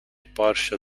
partial